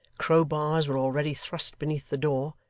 crowbars were already thrust beneath the door,